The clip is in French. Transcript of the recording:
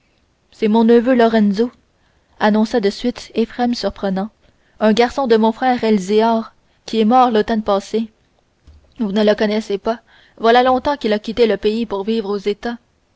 c'est mon neveu lorenzo annonça de suite éphrem surprenant un garçon de mon frère elzéar qui est mort l'automne passé vous ne le connaissez pas voilà longtemps qu'il a quitté le pays pour vivre aux états